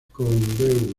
con